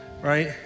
right